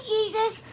Jesus